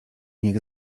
niech